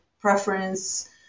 preference